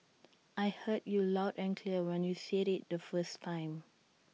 I heard you loud and clear when you said IT the first time